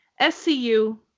SCU